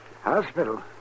Hospital